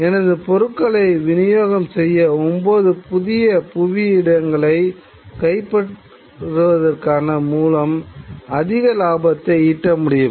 எனது பொருட்களை விநியோகம் செய்ய 9 புதிய புவி இடங்களை கையகப்படுத்துவதன் மூலம் அதிக லாபத்தை ஈட்ட முடியும்